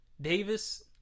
Davis